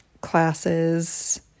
classes